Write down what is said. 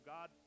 God